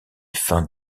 fins